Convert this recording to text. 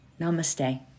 namaste